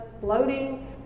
bloating